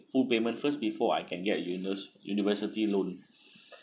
full payment first before I can get univers~ university loans